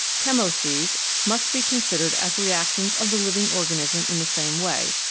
chemoses must be considered as reactions of the living organism in the same way,